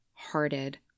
Hearted